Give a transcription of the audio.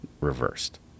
reversed